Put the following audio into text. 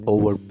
Over